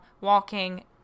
walking